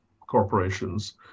corporations